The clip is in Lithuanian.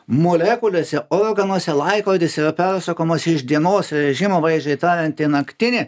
molekulėse organuose laikrodis yra persukomas iš dienos režimo vaizdžiai tariant į naktinį